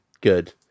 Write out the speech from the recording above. good